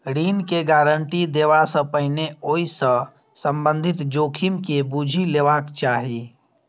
ऋण के गारंटी देबा सं पहिने ओइ सं संबंधित जोखिम के बूझि लेबाक चाही